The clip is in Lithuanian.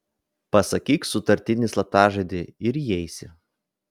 pasakyk sutartinį slaptažodį ir įeisi